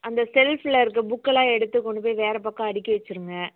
அந்த செல்ஃபில் இருக்கிற புக் எல்லாம் எடுத்து கொண்டு போய் வேறு பக்கம் அடுக்கி வச்சிருங்க